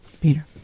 peter